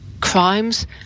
crimes